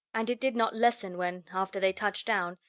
and it did not lessen when, after they touched down,